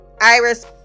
iris